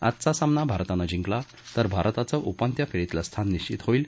आजचा सामना भारतानं जिंकला तर भारताचं उपांत्य फेरीतलं स्थान निश्चित होईल